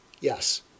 Yes